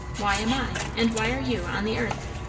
why am i, and why are you, on the earth?